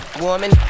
Woman